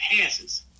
passes